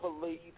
believe